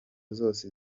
zose